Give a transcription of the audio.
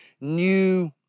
new